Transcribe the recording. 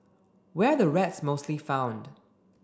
where're the rats mostly found